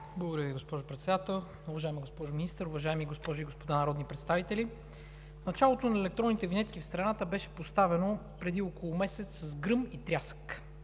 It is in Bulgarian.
Благодаря Ви, госпожо Председател. Уважаема госпожо Министър, уважаеми госпожи и господа народни представители! Началото на електронните винетки в страната беше поставено преди около месец с гръм и трясък.